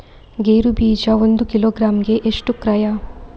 ಗೇರು ಬೀಜ ಒಂದು ಕಿಲೋಗ್ರಾಂ ಗೆ ಎಷ್ಟು ಕ್ರಯ?